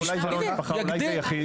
ואולי זה לא משפחה, אולי זה יחיד?